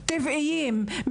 טבעיים,